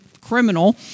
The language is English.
criminal